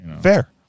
fair